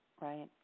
right